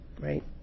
right